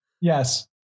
Yes